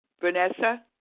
Vanessa